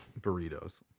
burritos